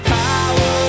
power